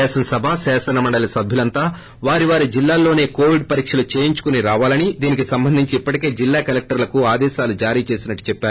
శాసనసభ శాసనమండలీ సభ్యులందరూ వారి వారి జిల్లాలలోనే కొవిడ్ పరీక్షలు చేయించుకుని రావాలని దీనికి సంబంధించి ఇప్పటికే జిల్లా కలెక్టర్లకు ఆదేశాలు జారీ చేసినట్లు చెప్పారు